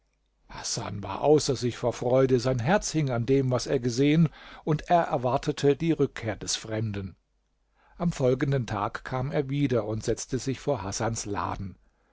hasan war außer sich vor freude sein herz hing an dem was er gesehen und er erwartete die rückkehr des fremden am folgenden tag kam er wieder und setzte sich vor hasans laden